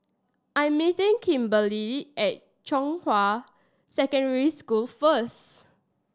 I'm meeting Kimberli at Zhonghua Secondary School first